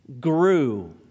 grew